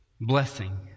blessing